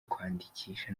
kwandikisha